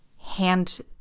hand